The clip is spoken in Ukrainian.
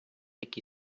який